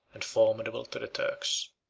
and formidable to the turks.